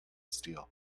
steel